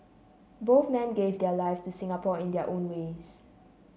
both men gave their lives to Singapore in their own ways